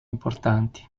importanti